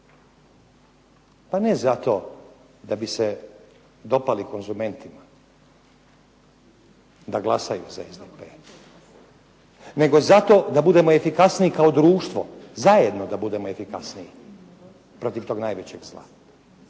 ne zato da bi se dopali konzumentima da glasaju za SDP nego zato da budemo efikasniji kao društvo, zajedno da budemo efikasniji protiv tog najvećeg zla.